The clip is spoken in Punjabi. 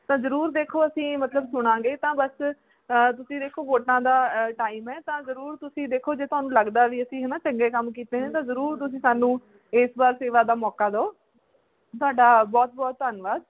ਤਾਂ ਜ਼ਰੂਰ ਦੇਖੋ ਅਸੀਂ ਮਤਲਬ ਸੁਣਾਂਗੇ ਤਾਂ ਬਸ ਤੁਸੀਂ ਦੇਖੋ ਵੋਟਾਂ ਦਾ ਟਾਈਮ ਹੈ ਤਾਂ ਜ਼ਰੂਰ ਤੁਸੀਂ ਦੇਖੋ ਜੇ ਤੁਹਾਨੂੰ ਲੱਗਦਾ ਵੀ ਅਸੀਂ ਹੈ ਨਾ ਚੰਗੇ ਕੰਮ ਕੀਤੇ ਨੇ ਤਾਂ ਜ਼ਰੂਰ ਤੁਸੀਂ ਸਾਨੂੰ ਇਸ ਵਾਰ ਸੇਵਾ ਦਾ ਮੌਕਾ ਦਿਉ ਤੁਹਾਡਾ ਬਹੁਤ ਬਹੁਤ ਧੰਨਵਾਦ